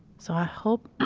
so, i hope